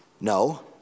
No